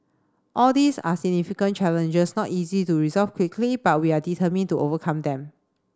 all these are significant challenges not easy to resolve quickly but we are determined to overcome them